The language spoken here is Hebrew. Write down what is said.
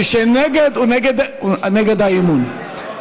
מי שנגד, הוא בעד האי-אמון.